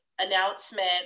announcement